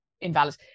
invalid